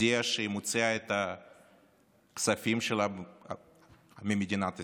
הודיעה שהיא מוציאה את הכספים שלה ממדינת ישראל.